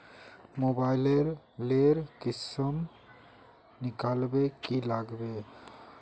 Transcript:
Mobile लेर किसम निकलाले की लागबे?